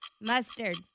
Mustard